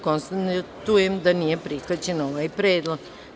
Konstatujem da nije prihvaćen ovaj predlog.